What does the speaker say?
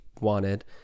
wanted